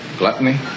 gluttony